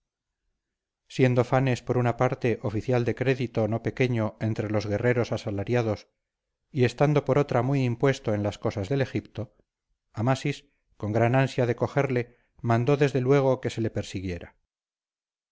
siendo fanes por una parte oficial de crédito no pequeño entre los guerreros asalariados y estando por otra muy impuesto en las cosas del egipto amasis con gran ansia de cogerle mandó desde luego que se le persiguiera